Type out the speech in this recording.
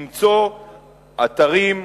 למצוא אתרים,